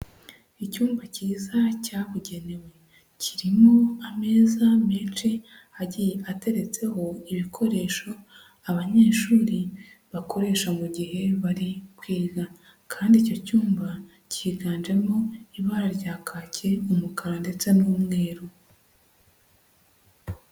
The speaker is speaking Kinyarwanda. Icyumba cyiza cyabugenewe, kirimo ameza menshi agiye ateretseho ibikoresho abanyeshuri bakoresha mu gihe bari kwiga kandi icyo cyumba cyiganjemo ibara rya kaki, umukara ndetse n'umweru.